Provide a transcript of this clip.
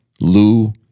lou